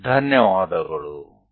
તમારા બધાનો ખૂબ આભાર